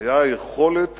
היה היכולת